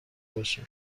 باشه